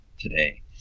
today